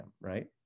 right